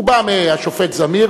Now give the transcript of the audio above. הוא בא מהשופט זמיר,